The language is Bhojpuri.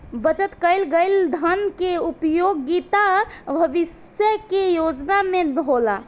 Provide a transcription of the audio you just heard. बचत कईल गईल धन के उपयोगिता भविष्य के योजना में होला